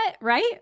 right